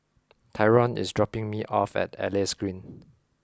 Tyron is dropping me off at Elias Green